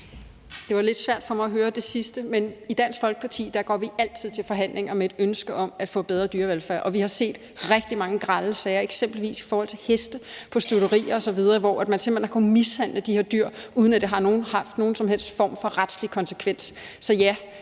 var lidt svært for mig at høre det sidste, men i Dansk Folkeparti går vi altid til forhandlinger med et ønske om at få bedre dyrevelfærd. Vi har set rigtig mange grelle sager, eksempelvis i forhold til heste på stutterier osv., hvor man simpelt hen har kunnet mishandle de her dyr, uden at det har haft nogen som helst form for retslig konsekvens. Så ja,